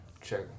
check